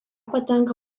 patenka